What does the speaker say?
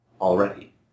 already